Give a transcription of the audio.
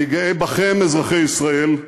אני גאה בכם, אזרחי ישראל,